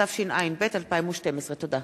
התשע"ב 2012. תודה.